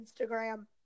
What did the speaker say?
Instagram